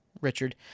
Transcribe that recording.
Richard